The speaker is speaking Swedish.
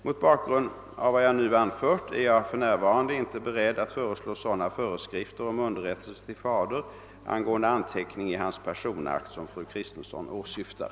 Mot bakgrund av vad jag nu har anfört är jag för närvarande inte beredd att föreslå sådana föreskrifter om underrättelse till fader angående anteckning i hans personakt som fru Kristensson åsyftar.